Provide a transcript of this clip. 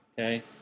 Okay